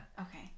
Okay